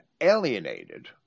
alienated